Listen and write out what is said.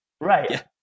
Right